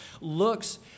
looks